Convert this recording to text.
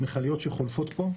מכליות שחולפות פה,